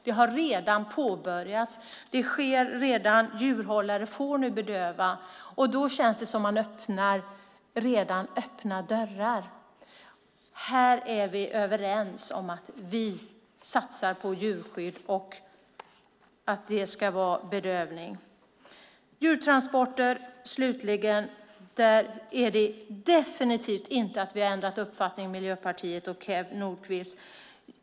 Den har redan påbörjats. Djurhållare får nu bedöva. Det känns som att öppnar redan öppna dörrar. Här är vi överens om att vi satsar på djurskydd och att det ska vara bedövning. Slutligen: Vi har definitivt inte ändrat uppfattning om djurtransporter, Miljöpartiet och Kew Nordqvist!